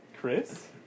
Chris